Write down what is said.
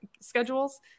schedules